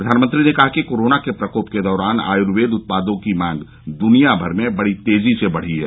प्रधानमंत्री ने कहा कि कोरोना के प्रकोप के दौरान आयुर्वेद उत्पादों की मांग दुनियाभर में बड़ी तेजी से बढ़ी है